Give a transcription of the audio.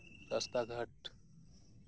ᱨᱟᱥᱛᱟ ᱜᱷᱟᱴ